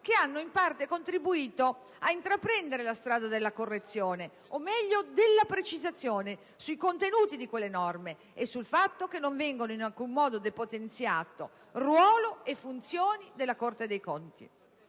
che hanno in parte contribuito a intraprendere la strada della correzione o, meglio, della precisazione sui contenuti di quelle norme e sul fatto che non vengono in alcun modo depotenziati ruolo e funzioni della Corte dei conti.